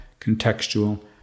contextual